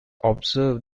observed